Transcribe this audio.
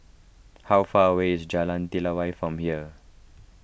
how far away is Jalan Telawi from here